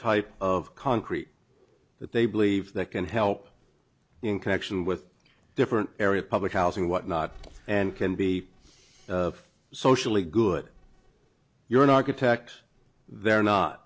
type of concrete that they believe that can help in connection with different areas public housing whatnot and can be socially good you're an architect they're not